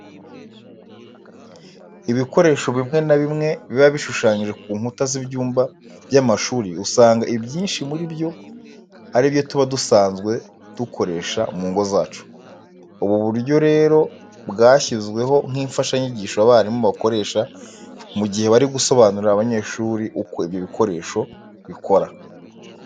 Ibikoresho bimwe na bimwe biba bishushanyije ku nkuta z'ibyumba by'amashuri usanga ibyinshi muri byo ari ibyo tuba dusanzwe dukoresha mu ngo zacu. Ubu buryo rero bwashyizweho nk'imfashanyigisho abarimu bakoresha mu gihe bari gusobanurira abanyeshuri uko ibyo bikoresho bikora.